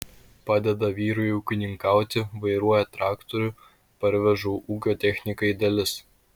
padeda vyrui ūkininkauti vairuoja traktorių parveža ūkio technikai dalis